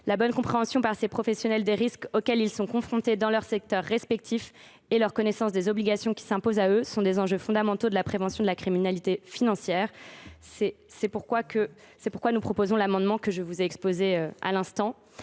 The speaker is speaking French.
La bonne compréhension par ces professionnels des risques auxquels ils sont confrontés dans leurs secteurs respectifs et leur connaissance des obligations qui leur incombent sont des enjeux fondamentaux de la prévention de la criminalité financière. C’est pourquoi nous avons déposé l’amendement que je vous ai présenté à l’instant.